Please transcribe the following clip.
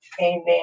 Amen